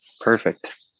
Perfect